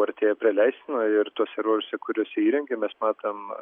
artėja prie leistino ir tuose ruožuose kuriuose įrengėm mes matom